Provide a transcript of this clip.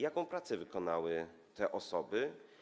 Jaką prace wykonały te osoby?